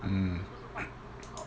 mm